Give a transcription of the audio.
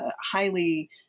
highly